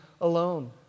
alone